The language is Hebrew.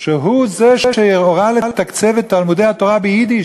שהוא שהורה לתקצב את תלמודי-התורה שמלמדים ביידיש,